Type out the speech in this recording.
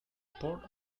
port